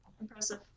impressive